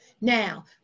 Now